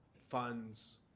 funds